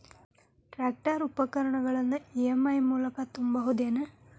Tractor ಉಪಕರಣಗಳನ್ನು EMI ಮೂಲಕ ತುಂಬಬಹುದ ಏನ್?